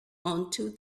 onto